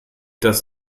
das